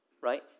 right